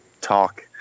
talk